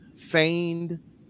feigned